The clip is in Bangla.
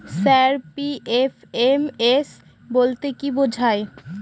স্যার পি.এফ.এম.এস বলতে কি বোঝায়?